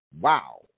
Wow